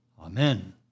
Amen